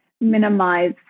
minimize